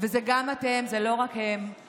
תפקידו הציבורי